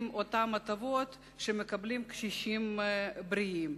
את אותן הטבות שמקבלים קשישים בריאים.